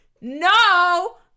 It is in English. no